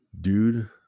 dude